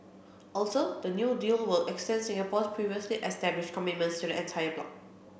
also the new deal will extend Singapore's previously established commitments to the entire bloc